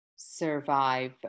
survive